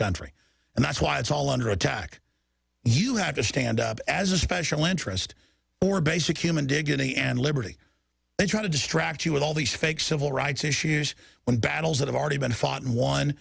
country and that's why it's all under attack you have to stand up as a special interest for basic human dignity and liberty and try to distract you with all these fake civil rights issues when battles that have already been fought and won